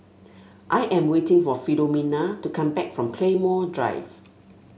I am waiting for Filomena to come back from Claymore Drive